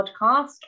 Podcast